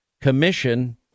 Commission